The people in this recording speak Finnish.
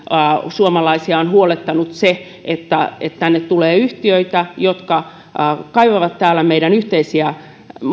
suomalaisia on huolettanut se että että tänne tulee yhtiöitä jotka kaivavat täällä meidän yhteisiä